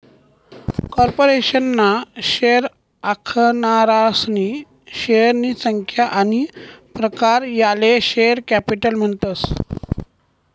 corporation ना share आखनारासनी शेअरनी संख्या आनी प्रकार याले शेअर कॅपिटल म्हणतस